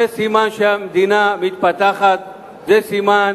זה סימן שהמדינה מתפתחת, זה סימן